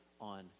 on